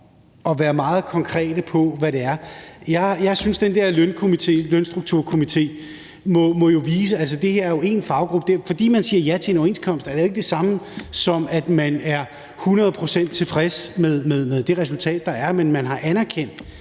at være meget konkrete om, hvad det er. Jeg synes, den der lønstrukturkomité må vise det. Altså, det her er jo én faggruppe, og fordi man siger ja til en overenskomst, er det jo ikke det samme, som at man er hundrede procent tilfreds med det resultat, der er. Men man har i hvert